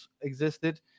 existed